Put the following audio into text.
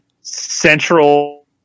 central